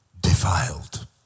Defiled